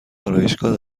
آرایشگاه